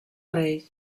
rei